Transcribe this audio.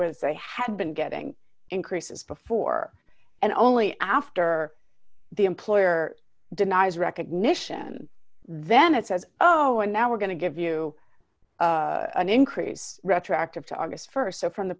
where they had been getting increases before and only after the employer denies recognition then it says oh and now we're going to give you an increase retroactive to august st so from the